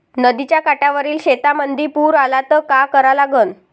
नदीच्या काठावरील शेतीमंदी पूर आला त का करा लागन?